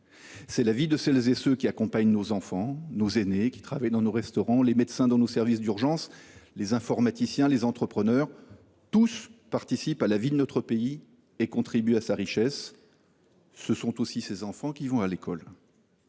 est la vie de celles et de ceux qui accompagnent nos enfants et nos aînés, qui travaillent dans nos restaurants, des médecins dans nos services d’urgence, des informaticiens, des entrepreneurs – tous participent à la vie de notre pays et contribuent à sa richesse. Elle est aussi la vie de leurs enfants, qui vont à l’école.